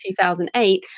2008